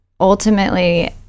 Ultimately